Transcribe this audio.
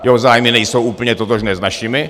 Jeho zájmy nejsou úplně totožné s našimi.